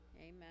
Amen